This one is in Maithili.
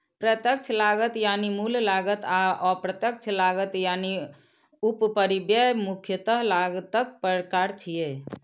प्रत्यक्ष लागत यानी मूल लागत आ अप्रत्यक्ष लागत यानी उपरिव्यय मुख्यतः लागतक प्रकार छियै